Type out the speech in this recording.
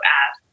add